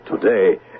today